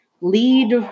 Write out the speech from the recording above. Lead